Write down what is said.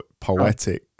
poetic